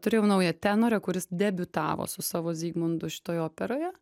turėjau naują tenorę kuris debiutavo su savo zigmundu šioj operoje